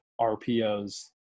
RPOs